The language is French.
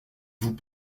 vous